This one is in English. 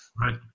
Right